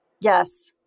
Yes